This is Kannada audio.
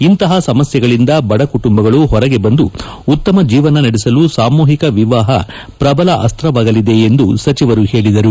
ಇಂತಪ ಸಮಸ್ಥೆಗಳಿಂದ ಬಡಕುಟುಂಬಗಳು ಹೊರಗೆ ಬಂದು ಉತ್ತಮ ಜೀವನ ನಡೆಸಲು ಸಾಮೂಹಿಕ ವಿವಾಹ ಪ್ರಬಲ ಅಸ್ತವಾಗಲಿದೆ ಎಂದು ಸಚಿವರು ಹೇಳಿದರು